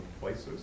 places